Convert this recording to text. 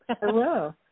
Hello